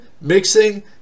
mixing